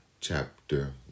chapter